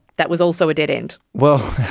that was also a dead end. well,